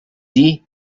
dir